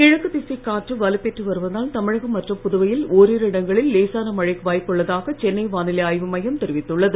கிழக்கு திசைக் காற்று வலுப்பெற்று வருவதால் தமிழகம் மற்றும் புதுவையில் ஒரிரு இடங்களில் லேசான மழைக்கு வாயப்புள்ளதாக சென்னை வானிலை மையம் தெரிவித்துள்ளது